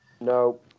no